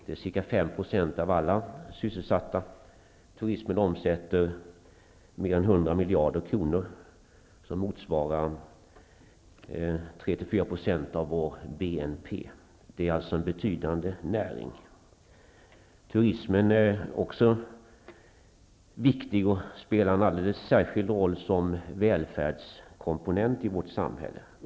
Det är ca 5 % av alla sysselsatta, och turismen omsätter mer än 100 BNP. Det är alltså en betydande näring. Turismen är också viktig och spelar en alldeles särskild roll som välfärdskomponent i vårt samhälle.